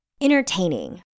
Entertaining